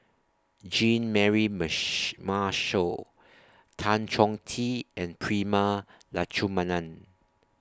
Jean Mary mesh Marshall Tan Chong Tee and Prema Letchumanan